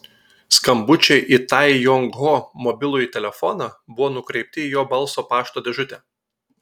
skambučiai į tai jong ho mobilųjį telefoną buvo nukreipti į jo balso pašto dėžutę